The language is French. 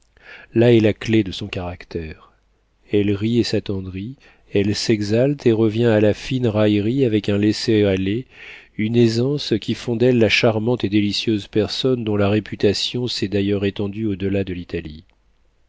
là est la clef de son caractère elle rit et s'attendrit elle s'exalte et revient à la fine raillerie avec un laisser-aller une aisance qui font d'elle la charmante et délicieuse personne dont la réputation s'est d'ailleurs étendue au delà de l'italie